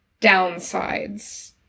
downsides